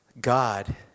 God